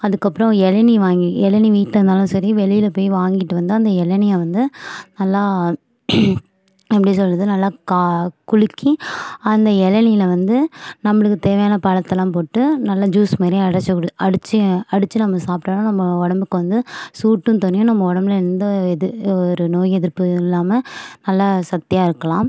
அதுக்கப்புறம் இளநி வாங்கி இளநி வீட்டில் இருந்தாலும் சரி வெளியில் போய் வாங்கிட்டு வந்தால் அந்த இளநிய வந்து நல்லா எப்படி சொல்கிறது நல்லா கா குலுக்கி அந்த இளநில வந்து நம்மளுக்குத் தேவையான பழத்தைலாம் போட்டு நல்லா ஜூஸ் மாதிரி அடித்து உடு அடித்து அடித்து நம்ம சாப்பிட்டோம்னா நம்ம உடம்புக்கு வந்து சூடும் தணியும் நம்ம உடம்புல எந்த எதி ஒரு நோய் எதிர்ப்பும் இல்லாமல் நல்லா சக்தியாக இருக்கலாம்